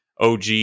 OG